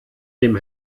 dem